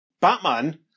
Batman